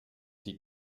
die